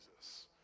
Jesus